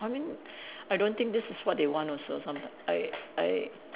I mean I don't think this is what they want also so I'm like I I